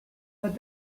but